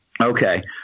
Okay